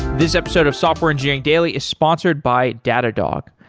this episode of software engineering daily is sponsored by datadog.